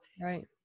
right